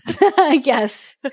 Yes